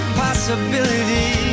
possibility